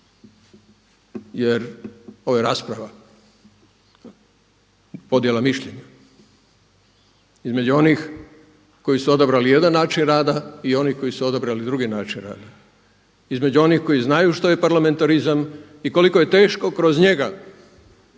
jer ovo je rasprava, podjela mišljenja između onih koji su odabrali jedan način rada i onih koji su odabrali drugi način rada, između onih koji znaju što je parlamentarizam i koliko je teško kroz njega